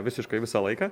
visiškai visą laiką